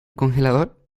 congelador